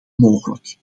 mogelijk